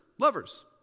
lovers